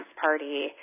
party